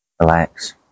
relax